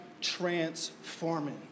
transforming